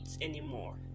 anymore